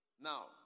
Now